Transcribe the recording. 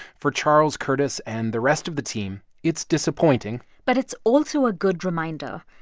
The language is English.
for charles curtis and the rest of the team, it's disappointing but it's also a good reminder.